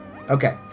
Okay